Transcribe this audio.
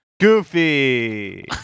Goofy